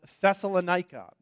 Thessalonica